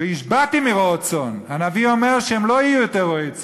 "והשבתים מרעות צאן" הנביא אומר שהם לא יהיו יותר רועי צאן,